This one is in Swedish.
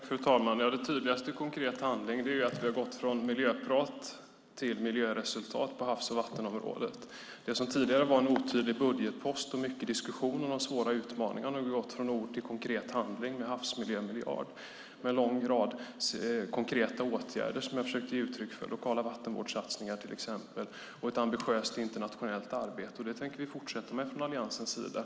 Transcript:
Fru talman! Det tydligaste i konkret handling är att vi har gått från miljöprat till miljöresultat på havs och vattenområdet. Det var tidigare en otydlig budgetpost med mycket diskussioner och svåra utmaningar. Där har vi nu gått från ord till konkret handling med havsmiljömiljard och en lång rad konkreta åtgärder som jag försökte ge uttryck för. Det gäller till exempel lokala vattenvårdssatsningar och ett ambitiöst internationellt arbete. Det tänker vi fortsätta med från Alliansens sida.